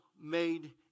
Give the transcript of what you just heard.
made